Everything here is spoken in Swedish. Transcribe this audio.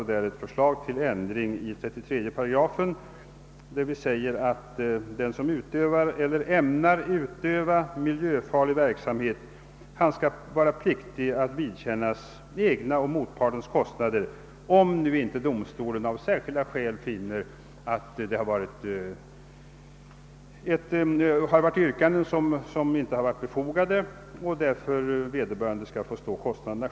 Vi lägger fram ett ändringsförslag beträffande 33 §, som innebär att den som utövar eller ämnar utöva miljöskadlig verksamhet är pliktig vidkännas sina egna och motpartens kostnader, om domstolen inte finner att den senare ställt obefogade yrkanden och därför själv bör få stå för kostnaderna.